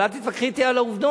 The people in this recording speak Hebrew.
אבל אל תתווכחי אתי על העובדות.